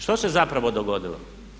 Što se zapravo dogodilo?